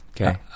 Okay